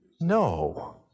No